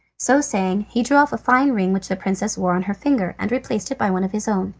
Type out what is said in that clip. so saying he drew off a fine ring which the princess wore on her finger, and replaced it by one of his own.